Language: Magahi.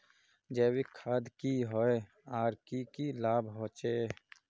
जैविक खाद की होय आर की की लाभ होचे?